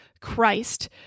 Christ